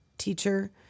teacher